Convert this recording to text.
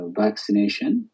vaccination